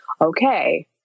okay